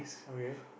okay